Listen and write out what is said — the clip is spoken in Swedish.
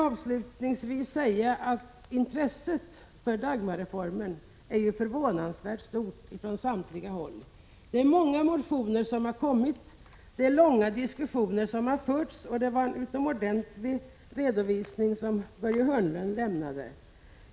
Avslutningsvis vill jag säga att intresset för Dagmarreformen är förvånansvärt stort från samtliga håll. Det är många motioner som har väckts med anledning av denna reform, och långa diskussioner har förts. Jag vill också tillägga att det var en utomordentlig redovisning som Börje Hörnlund lämnade.